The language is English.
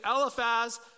Eliphaz